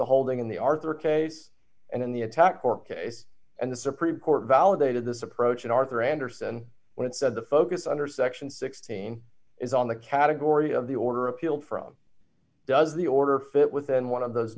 the holding in the arthur case and in the attack or case and the supreme court validated this approach in arthur anderson when it said the focus under section sixteen is on the category of the order appealed from does the order fit within one of those